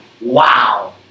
wow